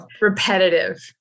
repetitive